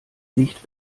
nicht